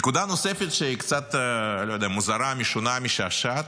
נקודה נוספת, שהיא קצת מוזרה, משונה, משעשעת: